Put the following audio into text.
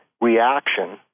reaction